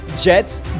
Jets